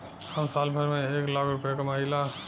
हम साल भर में एक लाख रूपया कमाई ला